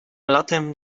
latem